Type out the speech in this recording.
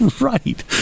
right